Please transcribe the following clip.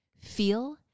Feel